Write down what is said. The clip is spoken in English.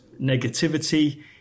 negativity